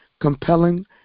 compelling